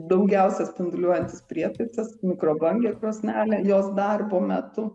daugiausia spinduliuojantis prietaisas mikrobangė krosnelė jos darbo metu